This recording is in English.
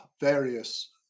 various